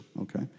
Okay